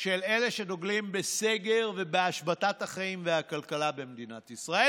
של אלה שדוגלים בסגר ובהשבתת החיים והכלכלה במדינת ישראל,